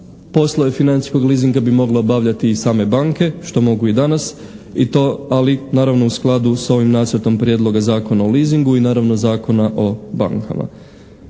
poslove financijskog leasinga bi mogle obavljati i same banke što mogu i danas i to, ali naravno u skladu sa ovim Nacrtom prijedloga Zakona o leasingu i naravno Zakona o bankama.